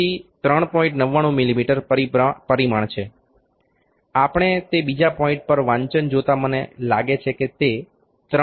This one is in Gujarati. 99 મીમી પરિમાણ છે આપણે તે બીજા પોઇન્ટ પર વાંચન જોતા મને લાગે છે કે તે 3